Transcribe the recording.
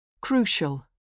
Crucial